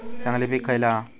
चांगली पीक खयला हा?